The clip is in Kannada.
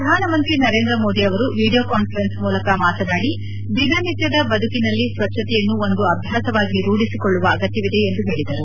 ಪ್ರಧಾನಮಂತ್ರಿ ನರೇಂದ್ರ ಮೋದಿ ಅವರು ವಿಡಿಯೋ ಕಾನ್ವರೆನ್ಸ್ ಮೂಲಕ ಮಾತನಾಡಿ ದಿನನಿತ್ಯದ ಬದುಕಿನಲ್ಲಿ ಸ್ವಚ್ಛತೆಯನ್ನು ಒಂದು ಅಭ್ಯಾಸವಾಗಿ ರೂಢಿಸಿಕೊಳ್ಳುವ ಅಗತ್ತವಿದೆ ಎಂದು ಹೇಳಿದರು